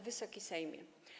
Wysoki Sejmie!